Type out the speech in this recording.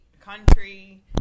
country